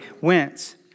went